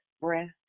breath